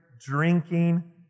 drinking